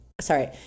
Sorry